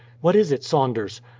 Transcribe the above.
what is it, saunders?